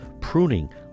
pruning